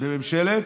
בממשלת,